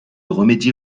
remédier